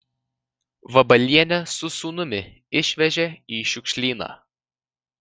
vabalienę su sūnumi išvežė į šiukšlyną